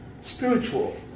spiritual